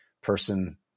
person